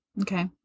Okay